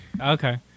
Okay